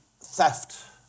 theft